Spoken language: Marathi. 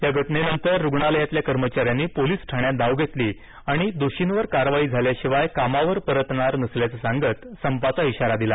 या घटनेनंतर रुग्णालयातल्या कर्मचाऱ्यांनी पोलिस ठाण्यात धाव घेतली आणि दोषींवर कारवाई झाल्याशिवाय कामावर परतणार नसल्याचं सांगत संपाचा इशारा दिला